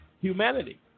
humanity